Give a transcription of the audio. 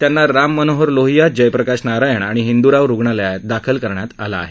त्यांना राममनोहर लोहिया जयप्रकाश नारायण आणि हिंदूराव रुग्णालयात भर्ती करण्यात आलं आहे